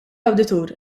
awditur